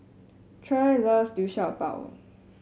Trae loves Liu Sha Bao